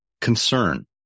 Concern